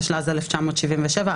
התשל"ז 1977‏,